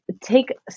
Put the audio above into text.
take